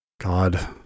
God